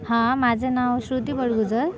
हां माझं नाव श्रुती बडगूजर